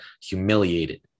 humiliated